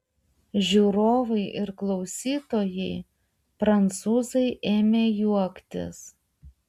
žiūrovai ir klausytojai prancūzai ėmė juoktis